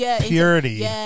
purity